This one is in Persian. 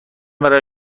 برای